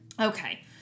Okay